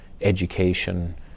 education